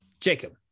Jacob